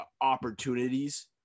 opportunities